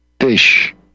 fish